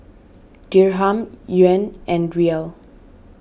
Dirham Yuan and Riel